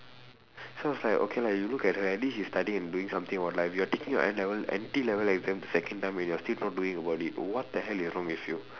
so I was like okay lah you look at her at least she is studying and doing something about her life you are taking your N level N_T level exam the second time and you are still not doing about it what the hell is wrong with you